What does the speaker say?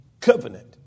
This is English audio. covenant